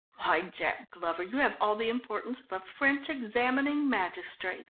why, jack glover, you have all the importance of a french examining magistrate,